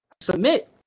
submit